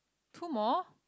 two more